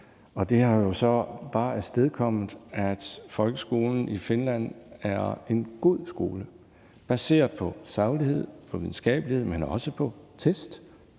det har jo så bare afstedkommet, at folkeskolen i Finland er en god skole baseret på saglighed og videnskabelighed, men også på test,